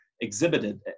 exhibited